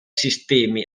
sistemi